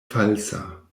falsa